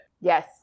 yes